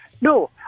No